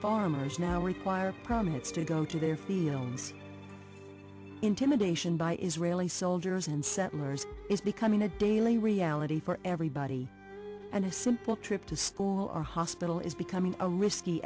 farmers now require promenades to go to their fields intimidation by israeli soldiers and settlers is becoming a daily reality for everybody and a simple trip to stall or hospital is becoming a risky